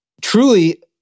truly